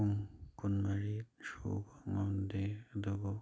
ꯄꯨꯡ ꯀꯨꯟꯃꯔꯤ ꯁꯨꯕ ꯉꯝꯗꯦ ꯑꯗꯨꯕꯨ